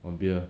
of beer